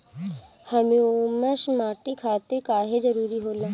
Humus माटी खातिर काहे जरूरी होला?